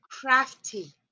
crafty